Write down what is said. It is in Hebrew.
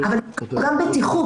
אבל גם בטיחות,